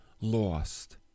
lost